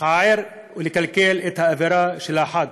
לכער ולקלקל את האווירה של החג.